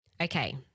Okay